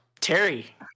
Terry